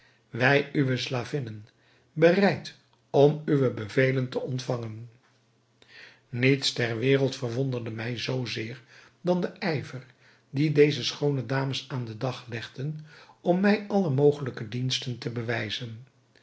wij uwe slavinnen bereid om uwe bevelen te ontvangen niets ter wereld verwonderde mij zoo zeer dan de ijver die deze schoone dames aan den dag legden om mij alle mogelijke diensten te bewijzen